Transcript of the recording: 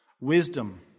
wisdom